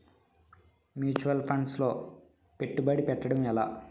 Mutual funds లో పెట్టుబడి పెట్టడం ఎలా?